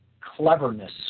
cleverness